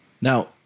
now